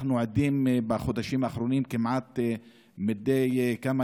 אנחנו עדים בחודשים האחרונים לכך שמדי כמה